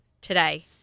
today